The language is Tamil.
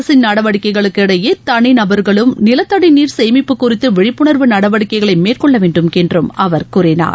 அரசின் நடவடிக்கைகளுக்கு இடையே தனி நபர்களும் நிலத்தடி நீர் சேமிப்பு குறித்து விழிப்புணர்வு நடவடிக்கைகளை மேற்கொள்ள வேண்டும் என்று அவர் கூறினார்